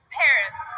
paris